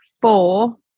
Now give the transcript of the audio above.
four